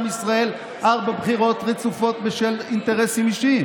ישראל ארבע בחירות רצופות בשל אינטרסים אישיים,